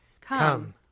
Come